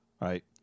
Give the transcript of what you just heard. right